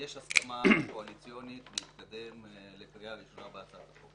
יש הסכמה קואליציונית להתקדם לקריאה ראשונה בהצעת החוק.